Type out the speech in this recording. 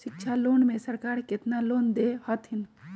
शिक्षा लोन में सरकार केतना लोन दे हथिन?